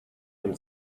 dem